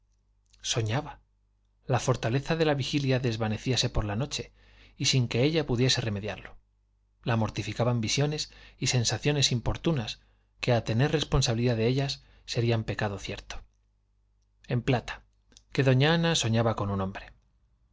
soñaba la fortaleza de la vigilia desvanecíase por la noche y sin que ella pudiese remediarlo la mortificaban visiones y sensaciones importunas que a tener responsabilidad de ellas serían pecado cierto en plata que doña ana soñaba con un hombre don